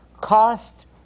cost